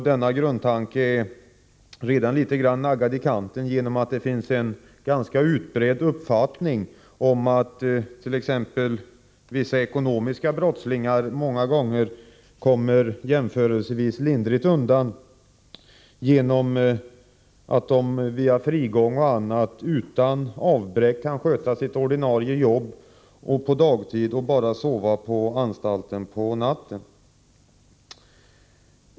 Denna grundtanke är redan litet naggad i kanten genom att det finns en utbredd uppfattning om att ekonomiska brottslingar många gånger kommer jämförelsevis lindrigt undan genom att de via frigång och annat utan avbräck kan sköta sitt ordinarie jobb på dagtid och bara sova på anstalten på natten.